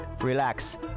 relax